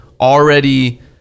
already